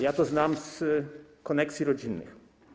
Ja to znam z koneksji rodzinnych.